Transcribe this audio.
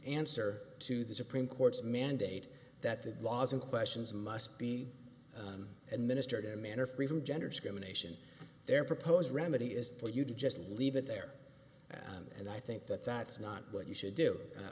answer to the supreme court's mandate that the laws and questions must be administered a manner free from gender discrimination their proposed remedy is for you to just leave it there and i think that that's not what you should do